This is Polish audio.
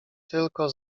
tylko